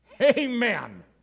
Amen